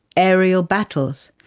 aerial battles,